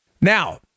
Now-